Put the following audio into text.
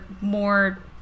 more